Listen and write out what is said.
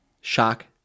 shock